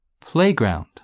Playground